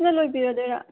ꯁꯤꯅ ꯂꯣꯏꯕꯤꯔꯗꯣꯏꯔ